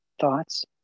thoughts